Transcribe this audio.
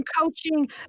coaching